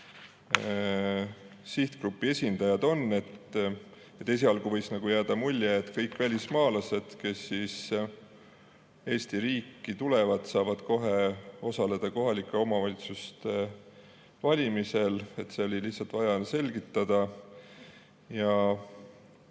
sihtgrupi esindajad on. Esialgu võis jääda mulje, et kõik välismaalased, kes Eesti riiki tulevad, saavad kohe osaleda kohalike omavalitsuste valimisel. Seda oli lihtsalt vaja selgitada.